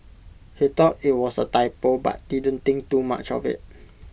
he thought IT was A typo but didn't think too much of IT